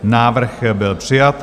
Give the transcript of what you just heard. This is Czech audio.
Návrh byl přijat.